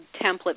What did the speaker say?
template